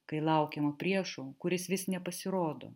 kai laukiama priešo kuris vis nepasirodo